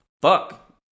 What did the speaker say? fuck